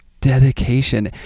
dedication